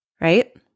right